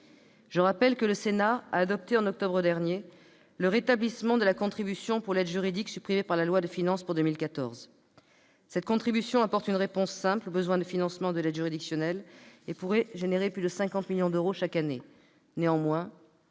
Je rappelle que le Sénat a adopté, en octobre dernier, le rétablissement de la contribution pour l'aide juridique, supprimée par la loi de finances pour 2014. Cette contribution apporte une réponse simple au besoin de financement de l'aide juridictionnelle et pourrait engendrer plus de 50 millions d'euros chaque année.